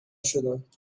شدند